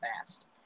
fast